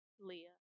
Leah